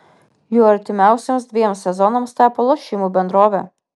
juo artimiausiems dviems sezonams tapo lošimų bendrovė